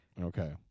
Okay